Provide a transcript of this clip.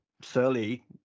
surly